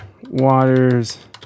Waters